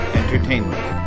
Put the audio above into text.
entertainment